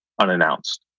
unannounced